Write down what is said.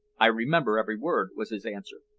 i remember every word, was his answer.